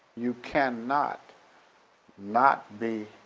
you cannot not be